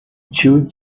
tio